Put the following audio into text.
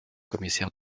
commissaire